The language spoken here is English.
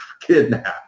kidnapped